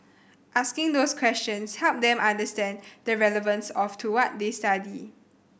asking those questions helped them understand the relevance of to what they study